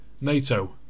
NATO